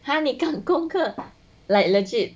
哈你赶功课 like legit